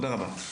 תודה רבה.